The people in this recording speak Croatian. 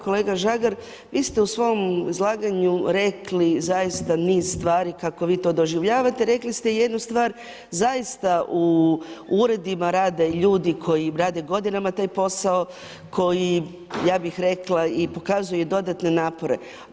Kolega Žagar, vi ste u svom izlaganju rekli, zaista niz stvari kako vi to doživljavate, rekli ste jednu stvar, zaista u uredima rade ljudi koji im rade godinama taj posao, koji ja bih rekla i pokazuje dodatne napore.